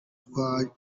twajya